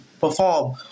perform